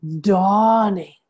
dawning